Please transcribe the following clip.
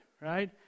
right